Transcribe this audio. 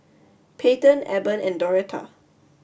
Payten Eben and Doretta